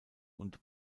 und